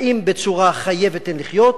האם בצורת "חיה ותן לחיות",